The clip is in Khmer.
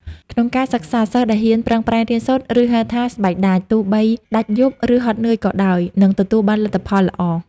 ក្នុងការសិក្សា សិស្សដែលហ៊ានប្រឹងប្រែងរៀនសូត្រ ឬហៅថា ស្បែកដាច ទោះបីដាច់យប់ ឬហត់នឿយក៏ដោយ នឹងទទួលបានលទ្ធផលល្អ។